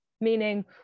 meaning